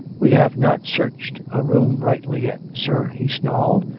we have not searched a room rightly yet, sir, he snarled.